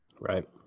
Right